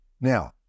Now